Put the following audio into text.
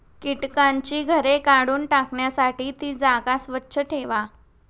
कीटकांची घरे काढून टाकण्यासाठी ती जागा स्वच्छ ठेवा